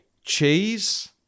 cheese